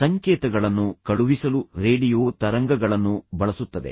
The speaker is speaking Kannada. ಸಂಕೇತಗಳನ್ನು ಕಳುಹಿಸಲು ರೇಡಿಯೋ ತರಂಗಗಳನ್ನು ಬಳಸುತ್ತದೆ